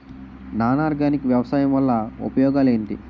Non organic వ్యవసాయం వల్ల ఉపయోగాలు ఏంటీ?